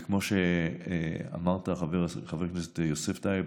כמו שאמרת, חבר הכנסת יוסף טייב,